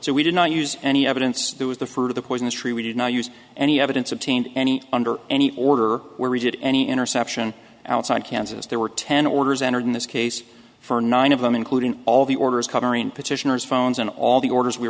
so we did not use any evidence that was the fruit of the poisonous tree we did not use any evidence obtained any under any order where we did any interception outside kansas there were ten orders entered in this case for nine of them including all the orders covering petitioners phones and all the orders we